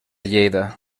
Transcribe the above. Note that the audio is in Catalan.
lleida